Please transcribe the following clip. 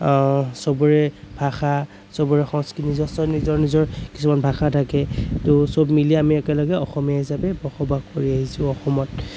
চবৰে ভাষা চবৰে সংস্কৃতি নিজস্ব নিজৰ নিজৰ কিছুমান ভাষা থাকে ত' চব মিলি আমি একেলগে অসমীয়া হিচাপে বসবাস কৰি আহিছোঁ অসমত